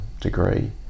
degree